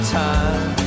time